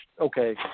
okay